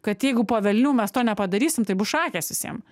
kad jeigu po velnių mes to nepadarysim tai bus šakės visiem